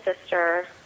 sister